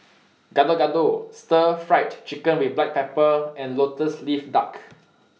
Gado Gado Stir Fried Chicken with Black Pepper and Lotus Leaf Duck